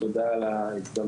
תודה על ההזדמנות.